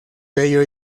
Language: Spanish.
bello